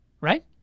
Right